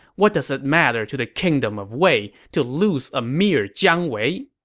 what does it matter to the kingdom of wei to lose a mere jiang wei?